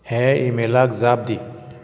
हे ईमेलाक जाप दी